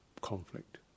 conflict